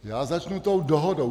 Já začnu tou dohodou.